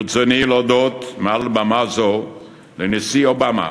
ברצוני להודות מעל במה זו לנשיא אובמה